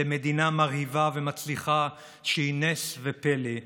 למדינה מרהיבה ומצליחה שהיא נס ופלא.